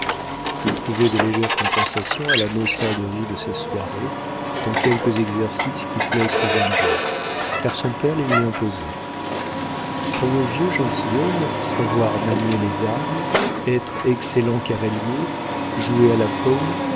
il trouvait de légères compensations à la maussaderie de ses soirées dans quelques exercices qui plaisent aux jeunes gens car son père les lui imposait pour le vieux gentilhomme savoir manier les armes être excellent cavalier jouer à la paume